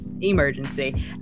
emergency